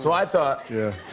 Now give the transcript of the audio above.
so i thought. yeah.